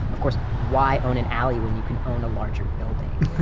of course, why own an alley when you can own a larger building?